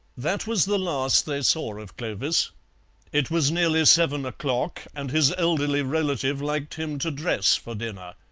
that was the last they saw of clovis it was nearly seven o'clock, and his elderly relative liked him to dress for dinner.